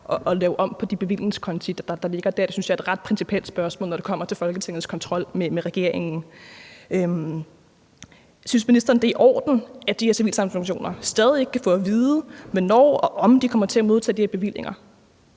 og lave om på de bevillingskonti, der ligger der? Det synes jeg er et ret principielt spørgsmål, når det kommer til Folketingets kontrol med regeringen. Synes ministeren, det er i orden, at de her civilsamfundsorganisationer stadig ikke kan få at vide, hvornår og om de kommer til at modtage de her bevillinger?